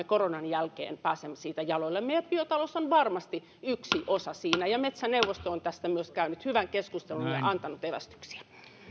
koronan kriisiajan jälkeen pääsemään jaloillemme ja biotalous on varmasti yksi osa siinä metsäneuvosto on tästä myös käynyt hyvän keskustelun ja antanut evästyksiä